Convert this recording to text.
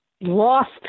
lost